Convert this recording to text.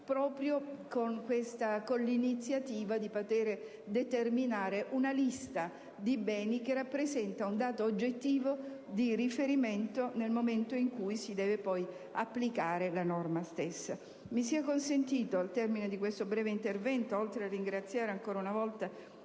proprio con l'iniziativa di determinare una lista di beni, che rappresenta un dato oggettivo di riferimento nel momento in cui si deve poi applicare la norma stessa. Mi sia consentito, al termine di questo breve intervento, oltre a ringraziare ancora una volta